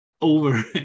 over